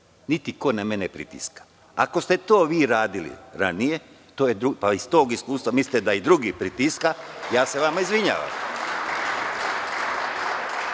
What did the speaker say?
niti ko mene pritiska. Ako ste to vi radili ranije, pa iz tog iskustva mislite da i drugi pritiskaju, ja se vama izvinjavam.